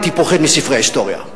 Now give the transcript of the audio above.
הייתי פוחד מספרי ההיסטוריה,